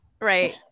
right